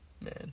Man